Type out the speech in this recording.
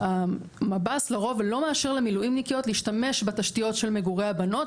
המב"ס לרוב לא מאשר למילואימניקיות להשתמש בתשתיות של מגורי הבנות,